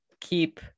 keep